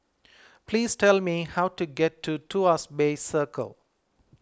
please tell me how to get to Tuas Bay Circle